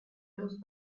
those